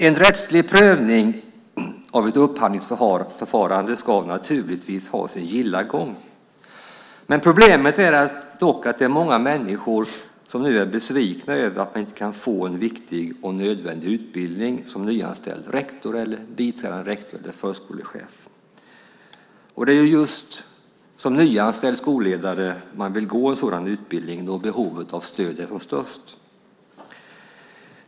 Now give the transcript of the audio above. En rättslig prövning av ett upphandlingsförfarande ska naturligtvis ha sin gilla gång. Problemet är dock att många människor nu är besvikna. Man är besviken över att man som nyanställd rektor, biträdande rektor eller förskolechef inte kan få en viktig och nödvändig utbildning. Det är just som nyanställd skolledare som man vill gå en sådan utbildning. Då är ju behovet av stöd som störst.